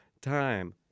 time